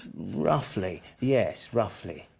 roughly, yes, roughly.